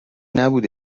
نبوده